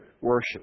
worship